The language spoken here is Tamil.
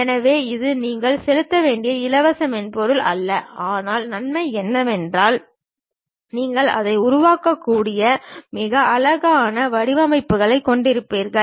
எனவே இது நீங்கள் செலுத்த வேண்டிய இலவச மென்பொருள் அல்ல ஆனால் நன்மை என்னவென்றால் நீங்கள் அதை உருவாக்கக்கூடிய மிக அழகான வடிவமைப்புகளைக் கொண்டிருப்பீர்கள்